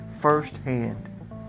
firsthand